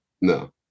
No